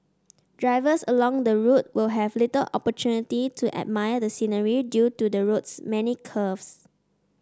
drivers along the route will have little opportunity to admire the scenery due to the road's many curves